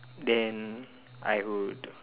then I would